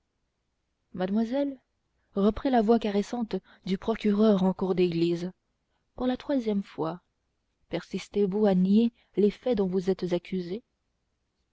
mademoiselle reprit la voix caressante du procureur en cour d'église pour la troisième fois persistez vous à nier les faits dont vous êtes accusée